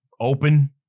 open